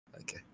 Okay